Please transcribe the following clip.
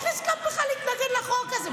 איך הסכמת בכלל להתנגד לחוק הזה,